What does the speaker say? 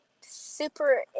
super